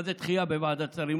מה זה דחייה בוועדת השרים,